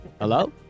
Hello